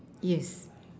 yes